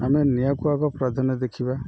ଆମେ ନିଆଁକୁୁ ଆଗ ପ୍ରାଧାନ୍ୟ ଦେଖିବା